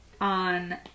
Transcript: on